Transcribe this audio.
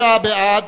63 בעד,